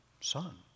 son